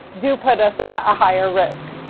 do put us at a higher risk.